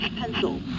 pencil